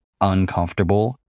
uncomfortable